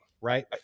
right